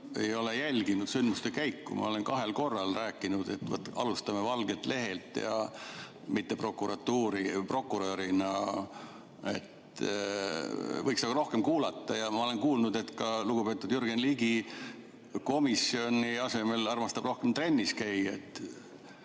ei ole jälginud sündmuste käiku. Ma olen kahel korral rääkinud, et alustame valgelt lehelt, mitte prokuratuuri prokurörina. Võiks rohkem kuulata. Ja ma olen kuulnud, et lugupeetud Jürgen Ligi armastab komisjoni asemel rohkem trennis käia.